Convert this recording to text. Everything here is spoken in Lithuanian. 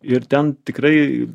ir ten tikrai